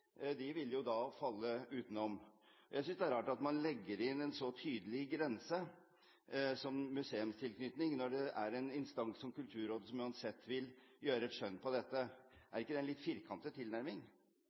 jo da falle utenom. Jeg synes det er rart at man legger inn en så tydelig grense som museumstilknytning, når en instans som Kulturrådet uansett vil gjøre et skjønn